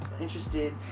Interested